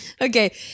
Okay